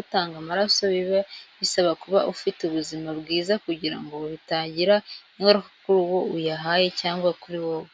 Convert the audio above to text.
utange amaraso biba bisaba kuba ufite ubuzima bwiza kugira ngo bitagira ingaruka kuri uwo uyaha cyangwa kuri wowe.